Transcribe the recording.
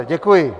Děkuji.